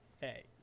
hey